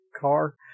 car